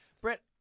Brett